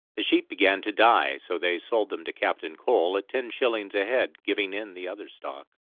the sheep began to die, so they sold them to captain cole at ten shillings a head, giving in the other stock.